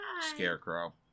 Scarecrow